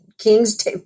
king's